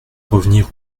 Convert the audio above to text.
revenir